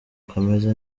kameze